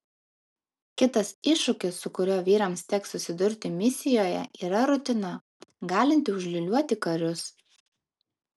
kitas iššūkis su kuriuo vyrams teks susidurti misijoje yra rutina galinti užliūliuoti karius